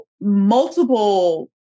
multiple